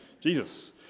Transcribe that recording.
Jesus